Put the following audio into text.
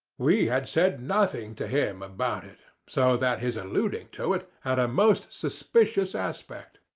we had said nothing to him about it, so that his alluding to it had a most suspicious aspect.